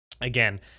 again